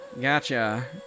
Gotcha